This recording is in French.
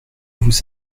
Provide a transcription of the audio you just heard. vous